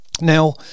Now